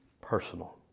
personal